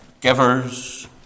givers